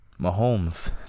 Mahomes